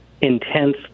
intense